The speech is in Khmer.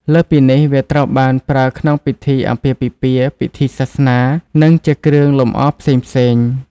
លើសពីនេះ វាត្រូវបានប្រើនៅក្នុងពិធីអាពាហ៍ពិពាហ៍ ពិធីសាសនា និងជាគ្រឿងលម្អផ្សេងៗ។